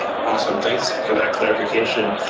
awesome, thanks for that clarification.